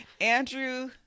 Andrew